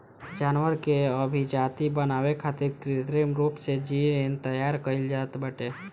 जानवर के अभिजाति बनावे खातिर कृत्रिम रूप से जीन तैयार कईल जात बाटे